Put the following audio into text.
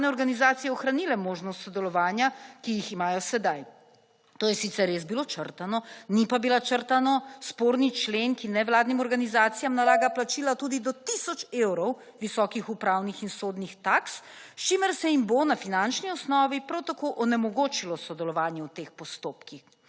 organizacije ohranile možnost sodelovanja, ki jih imajo sedaj. To je sicer res bilo črtano, ni pa bil črtan sporni člen, ki nevladnim organizacijam nalaga plačilo tudi do tisoč evrov / znak za konec razprave/ visokih upravnih in sodnih taks, s čimer se jim bo na finančni osnovi prav tako onemogočilo sodelovanje v teh postopkih.